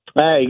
Hey